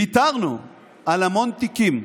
ויתרנו על המון תיקים,